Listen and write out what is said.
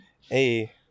Hey